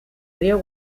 río